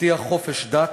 תבטיח חופש דת,